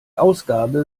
ausgabe